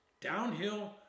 downhill